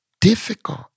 difficult